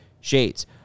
shades